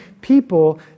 people